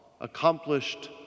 accomplished